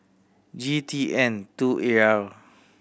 G T N two A R